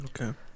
Okay